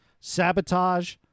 Sabotage